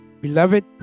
Beloved